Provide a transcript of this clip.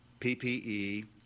PPE